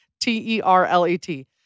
T-E-R-L-E-T